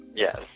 Yes